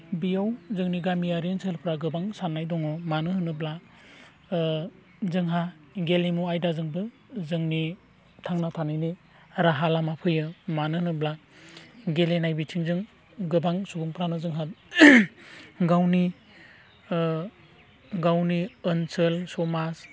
बेयाव जोंनि गामियारि ओनसोलफोरा गोबां साननाय दङ मानो होनोब्ला जोंहा गेलेमु आयदाजोंबो जोंनि थांना थानायनि राहा लामा फैयो मानो होनोब्ला गेलेनाय बिथिंजों गोबां सुबुंफ्रानो जोंहा गावनि गावनि ओनसोल समाज